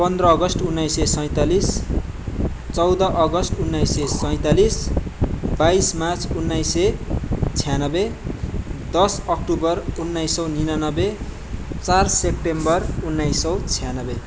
पन्ध्र अगस्त उन्नाइस सय सैँतालिस चौध अगस्त ऊन्नाइस सय सैँतालिस बाईस मार्च उन्नाइस सय छ्यानबे दस अक्टोबर उन्नाइस सय निनानब्बे चार सेप्टेम्बर उन्नाइस सय छ्यानब्बे